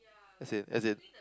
as in as in